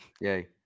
Yay